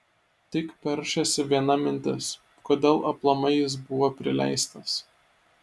tik peršasi viena mintis kodėl aplamai jis buvo prileistas